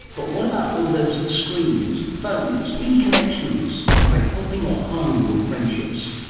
but what about all those screens, phones, yeah e-connections? are they helping or harming your friendships?